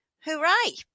hooray